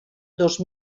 dos